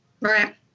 Right